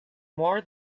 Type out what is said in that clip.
more